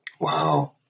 Wow